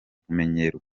kumenyerwa